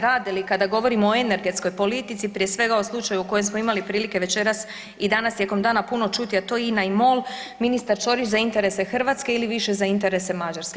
Rade li kada govorimo o energetskoj politici, prije svega o slučaju o kojem smo imali prilike večeras i danas tijekom dana puno čuti, a to je INA i MOL, ministar Ćorić za interese Hrvatske ili više za interese Mađarske?